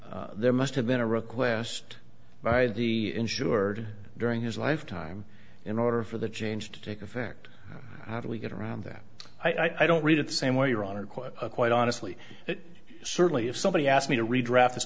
that there must have been a request by the insured during his lifetime in order for the change to take effect how do we get around that i don't read it the same way your honor quite a quite honestly it certainly if somebody asked me to redra